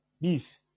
Beef